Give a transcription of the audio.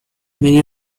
many